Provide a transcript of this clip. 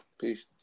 Peace